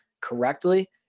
correctly